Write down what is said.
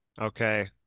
okay